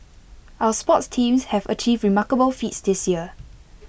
our sports teams have achieved remarkable feats this year